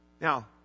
Now